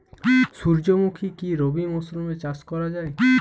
সুর্যমুখী কি রবি মরশুমে চাষ করা যায়?